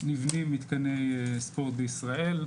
נבנים מתקני ספורט בישראל.